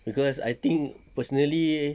cause I think personally